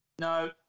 No